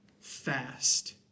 Fast